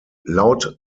laut